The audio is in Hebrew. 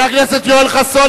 חבר הכנסת יואל חסון,